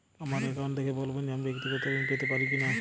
আমার অ্যাকাউন্ট দেখে বলবেন যে আমি ব্যাক্তিগত ঋণ পেতে পারি কি না?